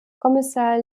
kommissar